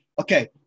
Okay